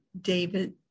David